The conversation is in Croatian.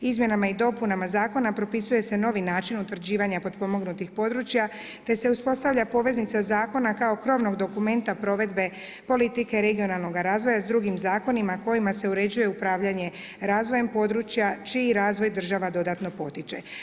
Izmjenama i dopunama zakona propisuje se novi način utvrđivanje potpomognutih područja, te se uspostavlja poveznica zakona kao krovnog dokumenta provedbe politike regionalnoga razvoja s drugim zakonima kojima se uređuje upravljanje razvoja područja, čiji razvoj država dodatno potiče.